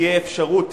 תהיה אפשרות,